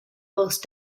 both